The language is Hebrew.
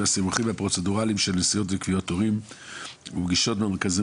הפרוצדורות כדי לקבוע תורים במרכזים ונסיעות במרכזים